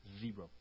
Zero